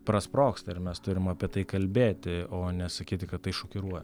prasprogsta ir mes turim apie tai kalbėti o nesakyti kad tai šokiruoja